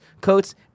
coats